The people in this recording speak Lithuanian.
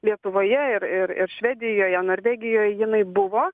lietuvoje ir ir švedijoje norvegijoj jinai buvo